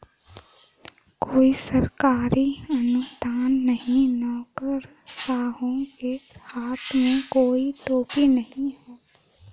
कोई सरकारी अनुदान नहीं, नौकरशाहों के हाथ में कोई टोपी नहीं